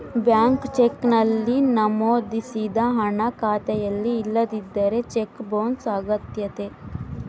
blank cheque ನಲ್ಲಿ ನಮೋದಿಸಿದ ಹಣ ಖಾತೆಯಲ್ಲಿ ಇಲ್ಲದಿದ್ದರೆ ಚೆಕ್ ಬೊನ್ಸ್ ಅಗತ್ಯತೆ